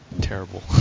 terrible